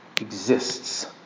exists